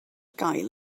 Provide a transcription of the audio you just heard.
gael